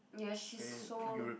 ya she's so